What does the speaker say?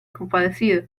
compadecido